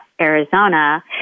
Arizona